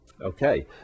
Okay